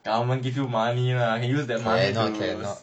government give you money lah can use that money to use